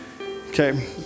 Okay